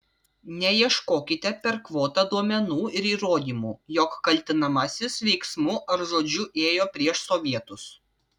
neieškokite per kvotą duomenų ir įrodymų jog kaltinamasis veiksmu ar žodžiu ėjo prieš sovietus